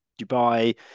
dubai